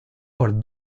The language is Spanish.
por